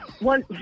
one